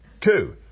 two